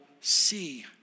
see